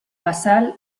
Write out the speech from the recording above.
basal